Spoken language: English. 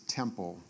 temple